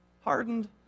Hardened